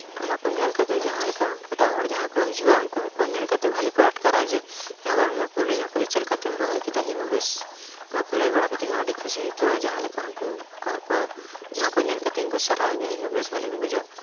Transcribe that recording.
ᱚᱱᱟ ᱠᱚ ᱧᱮᱞ ᱠᱟᱛᱮ ᱡᱟᱦᱟᱸ ᱞᱮᱠᱟ ᱮᱴᱟᱜ ᱦᱚᱲ ᱡᱟᱦᱟᱸᱭ ᱠᱚ ᱦᱤᱡᱩᱜᱼᱟ ᱩᱱᱠᱩ ᱦᱚᱸ ᱠᱚ ᱧᱮᱞ ᱠᱟᱛᱮ ᱵᱷᱟᱹᱞᱤ ᱠᱚ ᱟᱴᱠᱟᱨᱟ ᱡᱮ ᱦᱮᱸ ᱵᱟᱝᱢᱟ ᱠᱩᱞᱤᱧᱟᱠᱚ ᱪᱮᱫ ᱞᱮᱠᱟᱛᱮᱢ ᱨᱚᱦᱚᱭ ᱠᱮᱫᱟ ᱤᱧ ᱦᱚᱸ ᱵᱮᱥ ᱚᱱᱟ ᱠᱚ ᱞᱟᱹᱭ ᱵᱟᱲᱟ ᱠᱟᱛᱮ ᱤᱧᱦᱚᱸ ᱟᱰᱤ ᱠᱷᱩᱥᱤᱧ ᱤᱠᱟᱹᱣᱟ ᱡᱟᱦᱟᱸᱞᱮᱠᱟ ᱩᱱᱠᱩ ᱟᱠᱚ ᱦᱚᱸᱠᱚ ᱱᱚᱣᱟ ᱠᱚ ᱧᱮᱞ ᱠᱟᱛᱮ ᱤᱧᱠᱚ ᱥᱟᱨᱦᱟᱣ ᱤᱧᱟᱹ ᱤᱧ ᱦᱚᱸ ᱵᱮᱥ ᱵᱷᱟᱞᱮᱜᱤᱧ ᱵᱩᱡᱟ